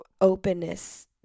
openness